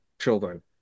children